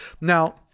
Now